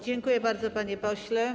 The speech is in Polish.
Dziękuję bardzo, panie pośle.